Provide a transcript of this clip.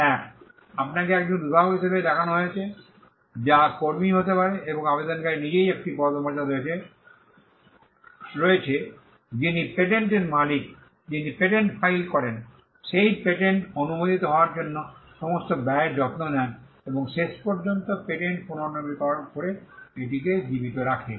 এক আপনাকে একজন উদ্ভাবক হিসাবে দেখানো হয়েছে যা কর্মী হতে পারে এবং আবেদনকারী নিজেই একটি পদমর্যাদা রয়েছে যিনি পেটেন্টের মালিক যিনি পেটেন্ট ফাইল করেন সেই পেটেন্ট অনুমোদিত হওয়ার জন্য সমস্ত ব্যয়ের যত্ন নেন এবং শেষ পর্যন্ত কে পেটেন্টটি পুনর্নবীকরণ করে এটিকে জীবিত রাখে